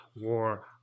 war